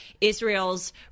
Israel's